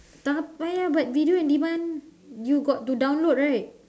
tak payah but video on demand you got to download right